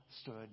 stood